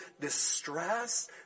distress